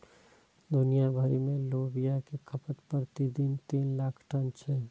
दुनिया भरि मे लोबिया के खपत प्रति दिन तीन लाख टन छै